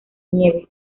nieve